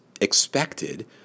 expected